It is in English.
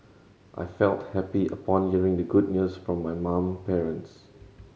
I felt happy upon hearing the good news from my mom parents